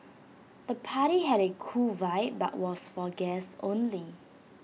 the party had A cool vibe but was for guests only